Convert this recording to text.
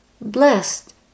Blessed